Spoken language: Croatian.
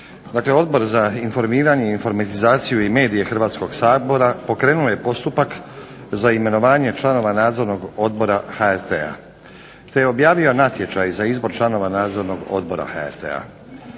Odbor za informiranje, informatizaciju i medije Hrvatskog sabora pokrenulo je postupak za imenovanje članova Nadzornog odbora HRT-a te objavio natječaj za izbor članova Nadzornog odbora HRT-a.